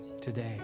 today